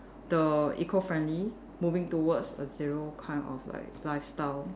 the eco friendly moving towards a zero kind of like lifestyle